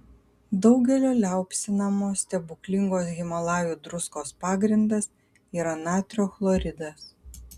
daugelio liaupsinamos stebuklingos himalajų druskos pagrindas yra natrio chloridas